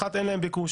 אחת שאין להן ביקוש,